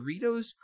Doritos